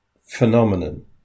phenomenon